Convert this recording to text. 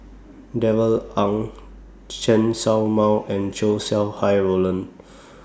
Darrell Ang Chen Show Mao and Chow Sau Hai Roland